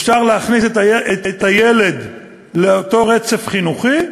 אפשר להכניס את הילד לאותו רצף חינוכי,